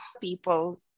people